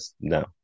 No